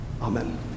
Amen